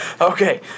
Okay